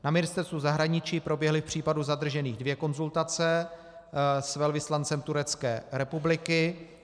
Na ministerstvu zahraničí proběhly k případu zadržených dvě konzultace s velvyslancem Turecké republiky.